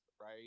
right